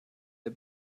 der